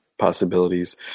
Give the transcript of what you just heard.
possibilities